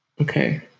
Okay